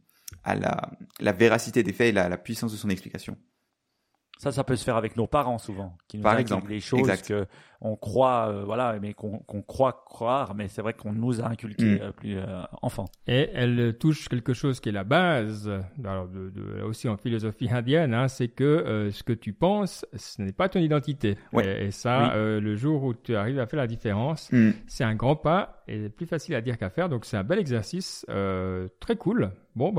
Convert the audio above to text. à la- la véracité des faits et la- la puissance de son explication. Ça, ça peut se faire avec nos parents souvent, qui nous Par inculquent exemple. des choses Exact. que on croit, euh, voilà, mais qu'on- qu'on croit croire, mais c'est vrai qu'on nous a inculquées, Mm. euh, plus, euh, enfant. Et elle touche quelque chose qui est la base, alors de- de- aussi en philosophie indienne, hein, c'est que, euh, ce que tu penses, ce n'est pas ton identité. Ouais. Et- et ça, Oui. euh, le jour où tu arrives à faire la différence, Mm. c'est un grand pas et plus facile à dire qu'à faire. Donc, c'est un bel exercice, euh, très cool. Bon,